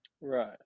Right